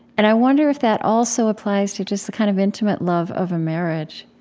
and i wonder if that also applies to just the kind of intimate love of a marriage